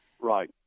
Right